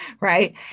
Right